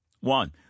One